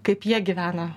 kaip jie gyvena